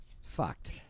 Fucked